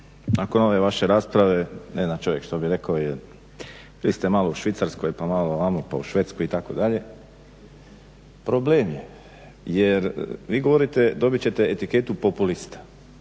nakon ove vaše rasprave ne zna čovjek što bi rekao jer vi ste malo u Švicarskoj pa malo vamo, pa u Švedskoj itd. Problem je jer vi govorite dobit ćete etiketu populista.